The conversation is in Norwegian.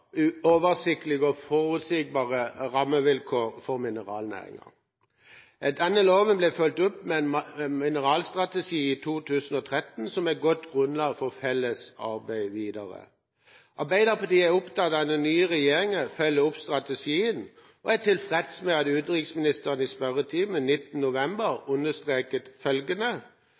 oversiktlige og forutsigbare rammevilkår for mineralnæringen. Loven ble fulgt opp med en mineralstrategi i 2013 som et godt grunnlag for felles arbeid videre. Arbeiderpartiet er opptatt av at den nye regjeringen følger opp strategien, og er tilfreds med at utenriksministeren i spørretimen den 19. november understreket følgende: